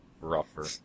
rougher